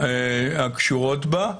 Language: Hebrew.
הקשורות בה,